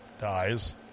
Dies